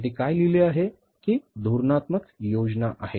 येथे काय लिहिले आहे ही धोरणात्मक योजना आहे